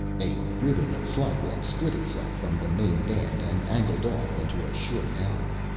a ribbon of slidewalk split itself from the main band and angled off into a short alley.